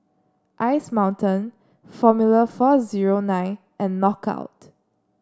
Ice Mountain Formula four zero nine and Knockout